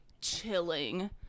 chilling